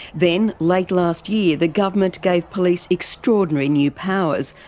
then late last year the government gave police extraordinary new powers,